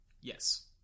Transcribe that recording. Yes